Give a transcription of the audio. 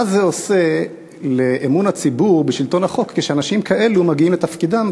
מה זה עושה לאמון הציבור בשלטון החוק כשאנשים כאלה מגיעים לתפקידם,